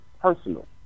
personal